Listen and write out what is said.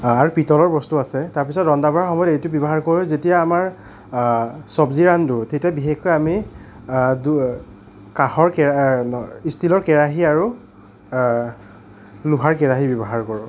আৰু পিতলৰ বস্তু আছে তাৰপিছত ৰন্ধা বঢ়াৰ সময়ত সেইটো ব্যৱহাৰ কৰোঁ যেতিয়া আমাৰ চব্জি ৰান্ধো তেতিয়া বিশেষকৈ আমি দু কাঁহৰ ষ্টিলৰ কেৰাহী আৰু লোহাৰ কেৰাহী ব্যৱহাৰ কৰোঁ